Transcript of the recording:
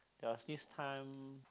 there was this time